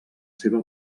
seva